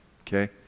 okay